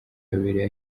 wabereye